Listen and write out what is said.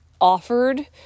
offered